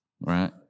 right